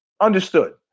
understood